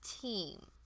team